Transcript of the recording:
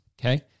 Okay